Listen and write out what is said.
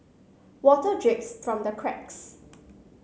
water drips from the cracks